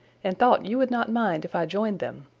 and thought you would not mind if i joined them.